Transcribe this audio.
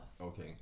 Okay